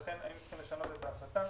לכן היינו צריכים לשנות את ההחלטה.